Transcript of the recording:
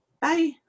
Bye